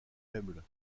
faible